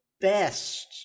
best